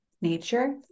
nature